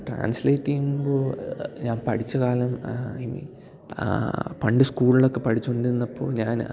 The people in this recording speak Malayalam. ട്രാൻസ്ലേറ്റ് ചെയ്യുമ്പോൾ ഞാൻ പഠിച്ച കാലം ഈ പണ്ട് സ്കൂളിലൊക്കെ പഠിച്ചുകൊണ്ടിരുന്നപ്പോൾ ഞാൻ